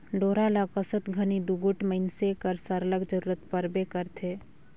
डोरा ल कसत घनी दूगोट मइनसे कर सरलग जरूरत परबे करथे